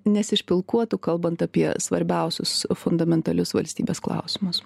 nesišpilkuotų kalbant apie svarbiausius fundamentalius valstybės klausimus